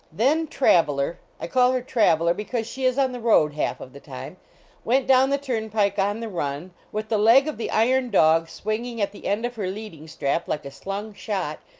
then traveler i call her traveler because she is on the road half of the time went down the turnpike on the run, with the leg of the iron dog swinging at the end of her leading-strap like a slung-shot,